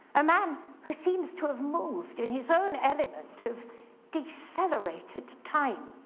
a man who seems to have moved in his own element of decelerated time,